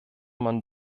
man